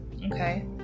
Okay